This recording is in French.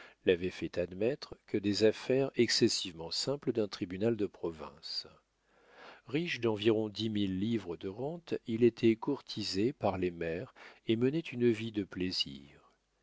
l'avaient fait admettre que des affaires excessivement simples d'un tribunal de province riche d'environ dix mille livres de rente il était courtisé par les mères et menait une vie de plaisirs